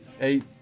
eight